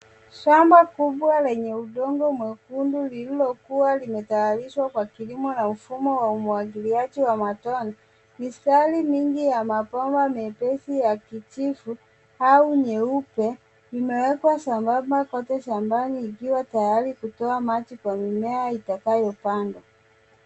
Shamba kubwa lenye udongo mwekundu lililokuwa limetayarishwa kwa kilimo na mfumo wa umwagiliaji wa matone. Mistari mingi ya mabomba mepesi ya kijivu au nyeupe imewekwa sambamba kote shambani likiwa tayari kutoa maji kwa mimea itakayo pandwa.